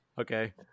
okay